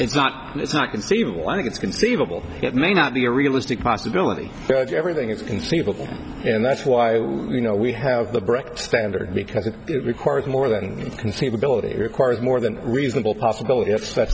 it's not it's not conceivable i think it's conceivable it may not be a realistic possibility everything it's conceivable and that's why you know we have the brick standard because if it requires more than conceivability requires more than reasonable possibility